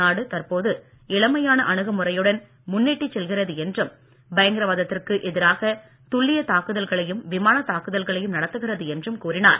நாடு தற்போது இளமையான அணுகுமுறையுடன் முன்னெட்டிச் செல்கிறது என்றும் பயங்கரவாதத்திற்கு எதிராக துல்லிய தாக்குதல்களையும் விமான தாக்குதல்களையும் நடத்துகிறது என்றும் கூறினார்